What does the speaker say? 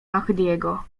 mahdiego